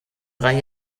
drei